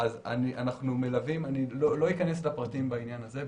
אנחנו מלווים, לא אכנס לפרטים בעניין הזה.